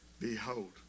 Behold